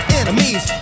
enemies